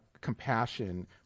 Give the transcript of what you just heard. compassion